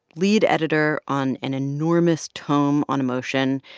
lead editor on an enormous tome on emotion.